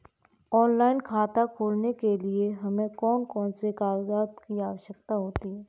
Online खाता खोलने के लिए हमें कौन कौन से कागजात की आवश्यकता होती है?